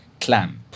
clamp